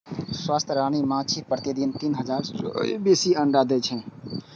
स्वस्थ रानी माछी प्रतिदिन तीन हजार सं बेसी अंडा दै छै